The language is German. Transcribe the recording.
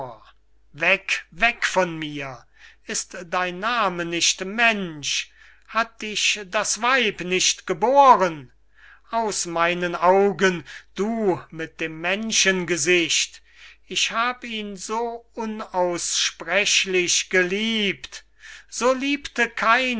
weg weg von mir ist dein name nicht mensch hat dich das weib nicht gebohren aus meinen augen du mit dem menschengesicht ich hab ihn so unaussprechlich geliebt so liebte kein